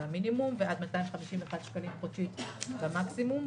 ועד 251 שקלים חודשיים מקסימום,